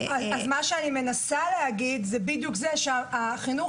מה שאני מנסה להגיד זה בדיוק זה שהחינוך